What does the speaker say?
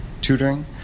tutoring